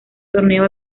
torneo